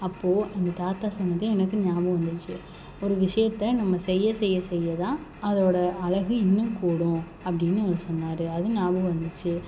அப்போ அந்த தாத்தா சொன்னது எனக்கு ஞாபகம் வந்துச்சு ஒரு விஷயத்தை நம்ம செய்ய செய்ய செய்ய தான் அதோட அழகு இன்னும் கூடும் அப்படின்னு அவர் சொன்னார் அதுவும் ஞாபகம் வந்துச்சு